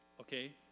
Okay